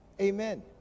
Amen